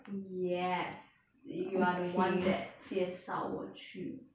yes you are the one that 介绍我去